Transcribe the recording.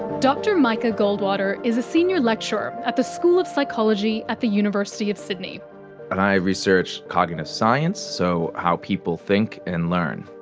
dr micah goldwater is a senior lecturer at the school of psychology at the university of sydney. and i research cognitive science, so how people think and learn.